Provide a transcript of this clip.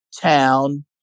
town